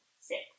Six